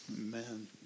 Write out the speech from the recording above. Amen